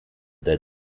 der